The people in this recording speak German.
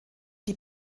die